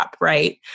right